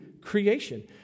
creation